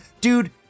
dude